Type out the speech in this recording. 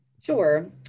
Sure